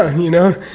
ah you know?